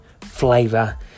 flavor